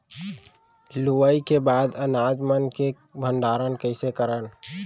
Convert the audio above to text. लुवाई के बाद अनाज मन के भंडारण कईसे करन?